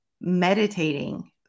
meditating